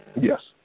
Yes